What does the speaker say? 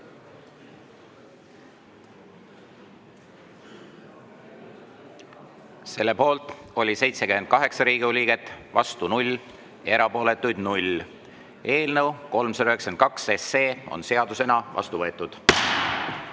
Selle poolt oli 78 Riigikogu liiget, vastu 0, erapooletuid 0. Eelnõu 392 on seadusena vastu võetud.